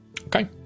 Okay